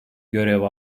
görev